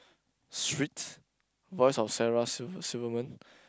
Schweetz voice of Sarah Silver Silverman